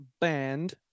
band